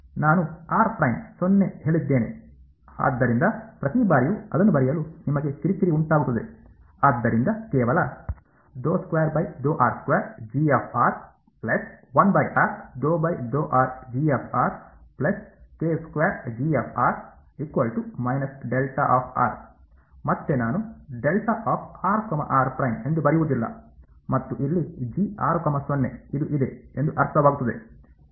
ನಾನು ಹೇಳಿದ್ದೇನೆ ಆದ್ದರಿಂದ ಪ್ರತಿ ಬಾರಿಯೂ ಅದನ್ನು ಬರೆಯಲು ನಿಮಗೆ ಕಿರಿಕಿರಿ ಉಂಟಾಗುತ್ತದೆ ಆದ್ದರಿಂದ ಕೇವಲ ಮತ್ತೆ ನಾನು ಎಂದು ಬರೆಯುವುದಿಲ್ಲ ಮತ್ತು ಇಲ್ಲಿ ಇದು ಇದೆ ಎಂದು ಅರ್ಥವಾಗುತ್ತದೆ